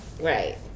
Right